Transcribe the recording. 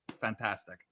fantastic